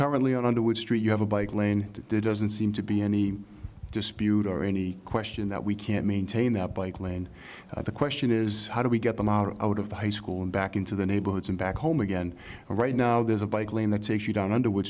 currently under which street you have a bike lane there doesn't seem to be any dispute or any question that we can't maintain that bike lane the question is how do we get them out of the high school and back into the neighborhoods and back home again right now there's a bike lane that takes you down under wh